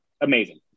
amazing